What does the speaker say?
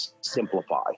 simplify